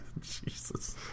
Jesus